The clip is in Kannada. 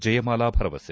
ಜಯಮಾಲ ಭರವಸೆ